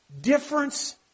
difference